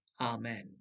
Amen